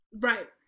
Right